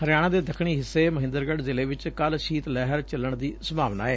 ਹਰਿਆਣਾ ਦੇ ਦੱਖਣੀ ਹਿੱਸੇ ਮਹਿੰਦਰਗੜ੍ ਜ਼ਿਲ੍ਹੇ ਚ ਕੱਲ੍ ਸ਼ੀਤ ਲਹਿਰ ਚੱਲਣ ਦੀ ਸੰਭਾਵਨਾ ਐ